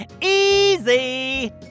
Easy